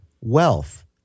wealth